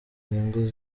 inyungu